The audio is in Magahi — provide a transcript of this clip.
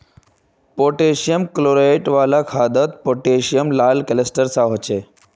पोटैशियम क्लोराइड वाला खादोत पोटैशियम लाल क्लिस्तेरेर सा होछे